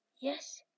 Yes